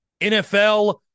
NFL